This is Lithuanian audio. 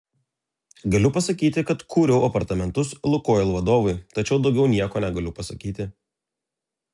galiu pasakyti kad kūriau apartamentus lukoil vadovui tačiau daugiau nieko negaliu pasakyti